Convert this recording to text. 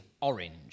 orange